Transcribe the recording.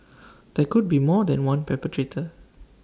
there could be more than one perpetrator